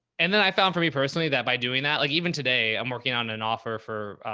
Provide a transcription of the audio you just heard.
and then i found for me personally, that by doing that, like even today, i'm working on an offer for,